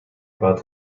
about